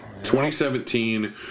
2017 –